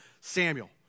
Samuel